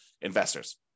investors